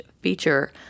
feature